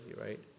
right